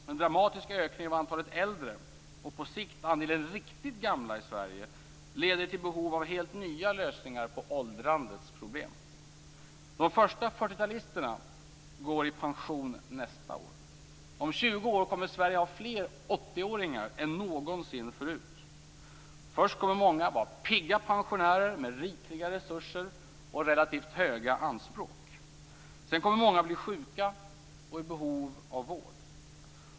Den dramatiska ökningen av antalet äldre och på sikt andelen riktigt gamla i Sverige leder till behov av helt nya lösningar på åldrandets problem. De första 40-talisterna går i pension nästa år. Om 20 år kommer Sverige att ha fler åttioåringar än någonsin förut. Först kommer många att vara pigga pensionärer med rikliga resurser och relativt höga anspråk. Sedan kommer många att bli sjuka och i behov av vård.